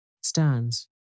stands